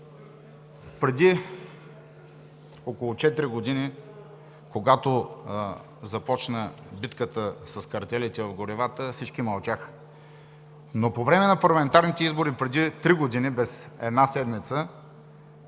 Преди около четири години, когато започна битката с картелите в горивата, всички мълчаха. Но по време на парламентарните избори преди три години без една седмица